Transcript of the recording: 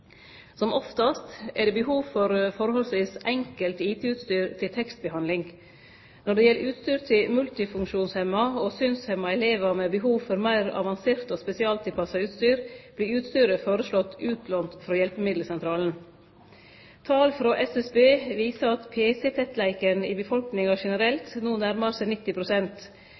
Som oftast er det behov for forholdsvis enkelt IT-utstyr til tekstbehandling. Når det gjeld utstyr til multifunksjonshemma og synshemma elevar med behov for meir avansert og spesialtilpassa utstyr, vert utstyret føreslått lånt frå Hjelpemiddelsentralen. Tal frå SSB viser at pc-tettleiken i befolkninga generelt no nærmar seg